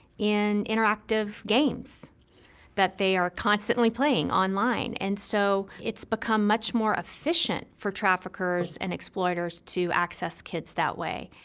in interactive games that they are constantly playing online. and so it's become much more efficient for traffickers and exploiters to access kids that way.